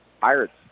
Pirates